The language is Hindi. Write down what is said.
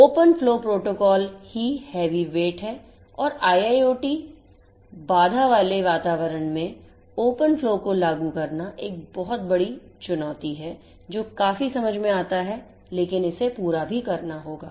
Open flowप्रोटोकॉल ही हैवीवेट है और IIoT बाधा वाले वातावरण में Open flowको लागू करना एक बहुत बड़ी चुनौती है जो काफी समझ में आता है लेकिन इसे पूरा भी करना होगा